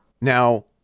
Now